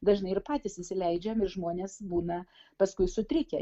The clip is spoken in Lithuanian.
dažnai ir patys įsileidžiam ir žmonės būna paskui sutrikę